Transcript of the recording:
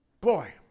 Boy